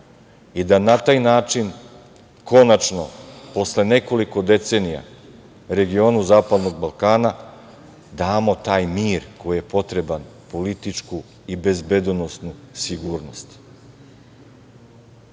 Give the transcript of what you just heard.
i da na taj način konačno, posle nekoliko decenija, regionu Zapadnog Balkana damo taj mir koji je potreban, političku i bezbednosnu sigurnost. Proces